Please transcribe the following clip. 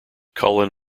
cullen